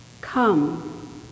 Come